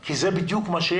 כי זה בדיוק מה ש